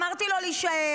אמרתי לו להישאר.